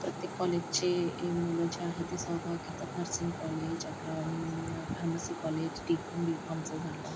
प्रत्येक कॉलेजचे ए मुलं जे आहेत ते सहभाग घेतात नर्सिंग कॉलेज आपलं pharmacy college D pharm B फार्मचं झालं